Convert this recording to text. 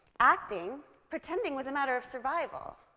acting, pretending, was a matter of survival.